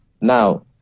Now